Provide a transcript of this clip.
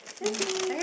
okay